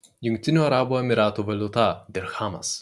jungtinių arabų emyratų valiuta dirchamas